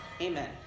Amen